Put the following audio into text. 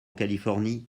californie